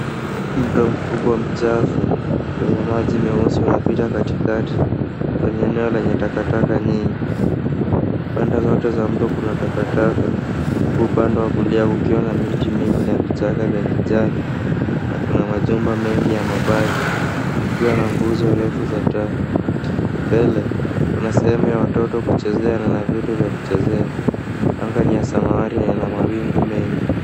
Mto mkubwa mchafu wenye maji meusi unapita katikati kwenye eneo lenye takataka nyingi. Pande zote za mto kuna takataka huku upande wa kulia kukiwa na miti mingi na vichaka vya kijani na kuna majumba mengi ya mabati kukiwa na gunzo refu za taa. Mbele kuna sehemu ya watoto kuchezea na vitu vya kuchezea. Anga ni ya samawati na ina mawingu mengi.